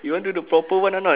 you want to do proper one or not